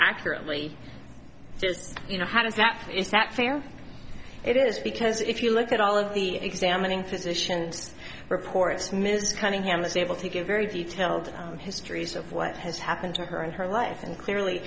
accurately just you know how does that is that fair it is because if you look at all of the examining physicians reports ms cunningham was able to give very detailed histories of what has happened to her in her life and clearly